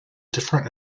different